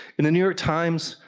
in the new york times,